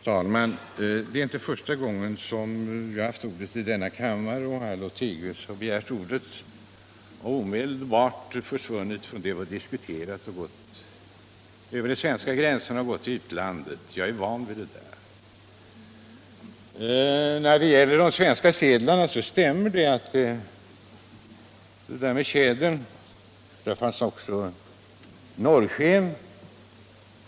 Fru talman! Det är inte första gången som jag har haft ordet i denna kammare och herr Lothigius har begärt ordet och omedelbart avvikit från det vi diskuterat och gått över de svenska gränserna till utlandet. Jag är van vid det. När det gäller de svenska sedlarna så stämmer det där med tjädern. Där finns också norrsken